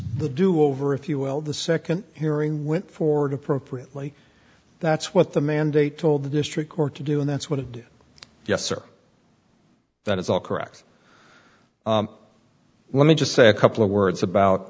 do over if you will the second hearing went forward appropriately that's what the mandate told the district court to do and that's what it did yes sir that is all correct let me just say a couple of words about